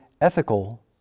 ethical